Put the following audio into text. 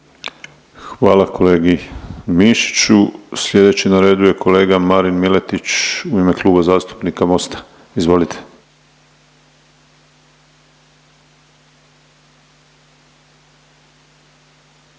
Hvala kolegici Mujkić. Sljedeći na redu je kolega Marin Miletić u ime Kluba zastupnika Mosta. Izvolite.